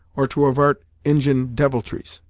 or to avart injin deviltries?